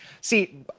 See